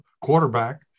quarterback